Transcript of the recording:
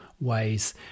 ways